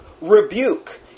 rebuke